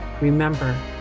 remember